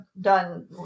done